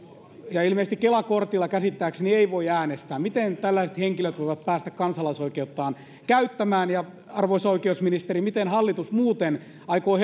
ja ilmeisesti kela kortilla käsittääkseni ei voi äänestää miten tällaiset henkilöt voivat päästä kansalaisoikeuttaan käyttämään ja arvoisa oikeusministeri miten hallitus muuten aikoo